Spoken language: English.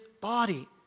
body